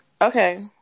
okay